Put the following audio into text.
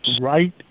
right